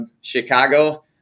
Chicago